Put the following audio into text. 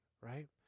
right